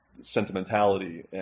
sentimentality